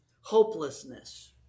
hopelessness